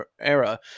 era